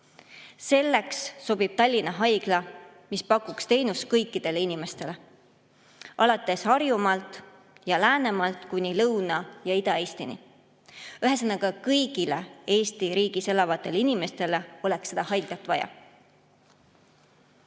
Selleks sobib Tallinna Haigla, mis pakuks teenust kõikidele inimestele, alates Harjumaalt ja Läänemaalt kuni Lõuna- ja Ida-Eestini. Ühesõnaga, kõigile Eesti riigis elavatele inimestele oleks seda haiglat vaja.